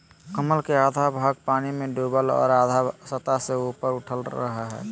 कमल के आधा भाग पानी में डूबल और आधा सतह से ऊपर उठल रहइ हइ